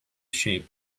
shape